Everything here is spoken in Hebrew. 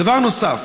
דבר נוסף,